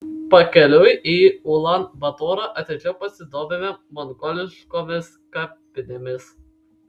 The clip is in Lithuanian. pakeliui į ulan batorą atidžiau pasidomime mongoliškomis kapinėmis